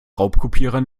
raubkopierer